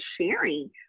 sharing